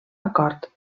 acord